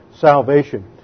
salvation